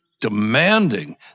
demanding